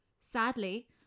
Sadly